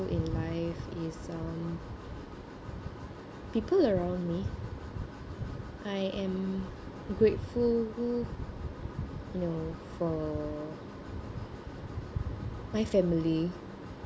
in life is um people around me I am grateful you know for my family